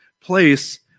place